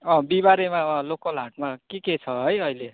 अँ बिहिबारेमा लोकल हाटमा के के छ है अहिले